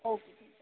okay